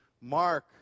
mark